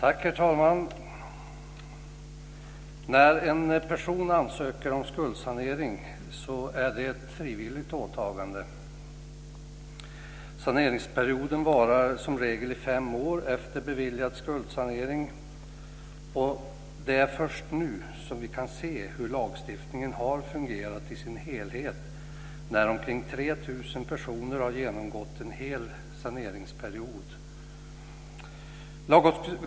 Herr talman! När en person ansöker om skuldsanering är det ett frivilligt åtagande. Saneringsperioden varar som regel i fem år efter beviljad skuldsanering. Och det är först nu som vi kan se hur lagstiftningen i dess helhet har fungerat när omkring 3 000 personer har genomgått en hel saneringsperiod.